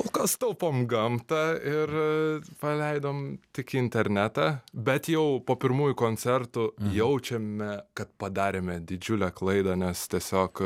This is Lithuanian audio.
kol kas taupom gamtą ir paleidom tik internetą bet jau po pirmųjų koncertų jaučiame kad padarėme didžiulę klaidą nes tiesiog